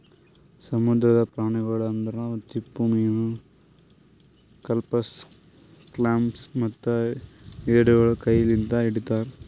ಸಮುದ್ರದ ಪ್ರಾಣಿಗೊಳ್ ಅಂದುರ್ ಚಿಪ್ಪುಮೀನು, ಕೆಲ್ಪಸ್, ಕ್ಲಾಮ್ಸ್ ಮತ್ತ ಎಡಿಗೊಳ್ ಕೈ ಲಿಂತ್ ಹಿಡಿತಾರ್